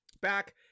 Back